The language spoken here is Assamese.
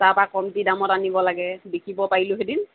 তাৰপৰা কমটি দামত আনিব লাগে বিকিব পাৰিলোঁহেতেন